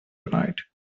tonight